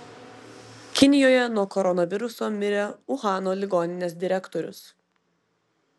kinijoje nuo koronaviruso mirė uhano ligoninės direktorius